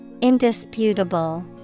Indisputable